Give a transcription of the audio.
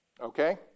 Okay